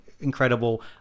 incredible